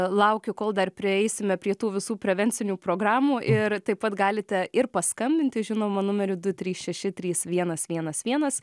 laukiu kol dar prieisime prie tų visų prevencinių programų ir taip pat galite ir paskambinti žinoma numeriu du trys šeši trys vienas vienas vienas